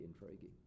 intriguing